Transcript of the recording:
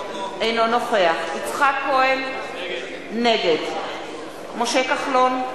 אינו נוכח יצחק כהן, נגד משה כחלון,